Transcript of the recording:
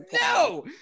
no